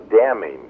damning